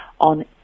on